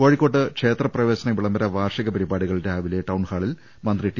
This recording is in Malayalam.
കോഴിക്കോട്ട് ക്ഷേത്രപ്രവേശന വിളം ബര വാർഷിക പരിപാടികൾ രാവിലെ ടൌൺഹാളിൽ മന്ത്രി ടി